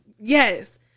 yes